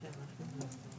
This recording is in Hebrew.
אחזור.